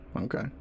Okay